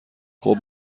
خوب